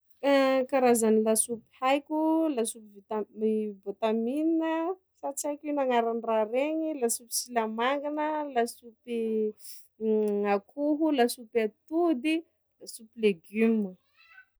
Lehy karazagny lasopy haiko: lasopy vita amin'ny le bôtamine sa tsy haiko ino agnaragny raha regny, lasopy silamangana, lasopy akoho, lasopy atody, lasopy legume.